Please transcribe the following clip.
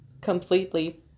completely